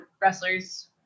wrestlers